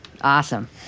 Awesome